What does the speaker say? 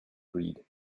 breed